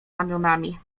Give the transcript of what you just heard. ramionami